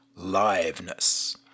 liveness